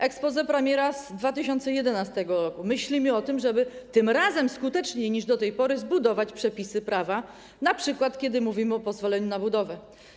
Exposé premiera z 2011 r.: myślimy o tym, żeby tym razem skuteczniej niż do tej pory zbudować przepisy prawa, np. kiedy mówimy o pozwoleniu na budowę.